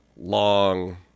long